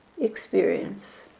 experience